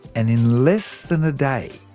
and in less than a day,